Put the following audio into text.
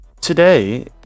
Today